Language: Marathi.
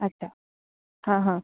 अच्छा हां हां